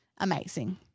Amazing